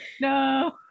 No